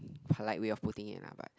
polite way of putting it lah but